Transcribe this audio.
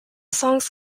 songs